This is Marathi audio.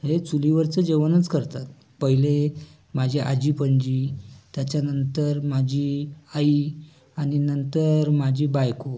हे चुलीवरचं जेवणच करतात पहिले माझी आजी पणजी त्याच्यानंतर माझी आई आणि नंतर माझी बायको